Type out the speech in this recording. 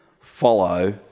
follow